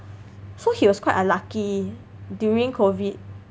so he was quite unlucky during COVID